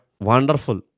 Wonderful